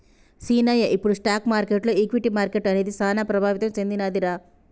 సీనయ్య ఇప్పుడు స్టాక్ మార్కెటులో ఈక్విటీ మార్కెట్లు అనేది సాన ప్రభావితం సెందినదిరా